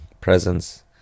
presence